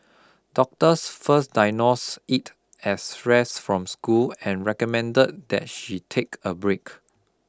doctors first diagnosed it as stress from school and recommended that she take a break